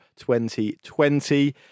2020